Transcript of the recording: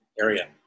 area